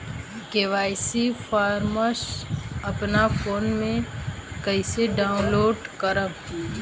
KYC form अपना phone मे कइसे डाऊनलोड करेम?